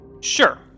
Sure